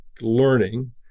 learning